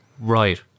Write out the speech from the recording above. Right